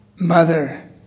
Mother